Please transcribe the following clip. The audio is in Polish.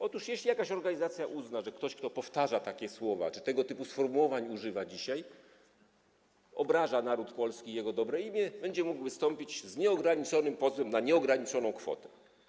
Otóż jeśli jakaś organizacja uzna, że ktoś, kto powtarza takie słowa czy tego typu sformułowań dzisiaj używa, obraża naród polski i jego dobre imię, będzie mógł wystąpić z nieograniczonym pozwem na nieograniczoną kwotę.